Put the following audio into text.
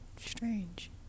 strange